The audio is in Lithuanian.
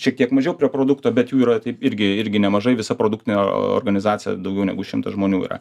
šiek tiek mažiau prie produkto bet jų yra taip irgi irgi nemažai visą produktinė organizacija daugiau negu šimtas žmonių yra